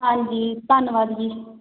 ਹਾਂਜੀ ਧੰਨਵਾਦ ਜੀ